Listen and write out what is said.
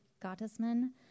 Gottesman